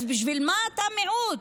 אז בשביל מה אתה מיעוט?